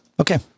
okay